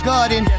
Garden